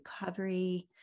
recovery